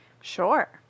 Sure